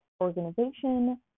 organization